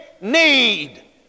need